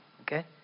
Okay